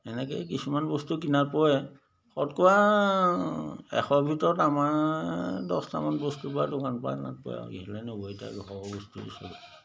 এনেকৈয়ে কিছুমান বস্তু কিনাত পৰে শতকৰা এশৰ ভিতৰত আমাৰ দহটামান বস্তু বাৰু দোকানৰ পৰা অনাত পৰে আৰু ইহেলে নব্বৈটা ঘৰৰ বস্তু